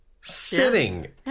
Sitting